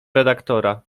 redaktora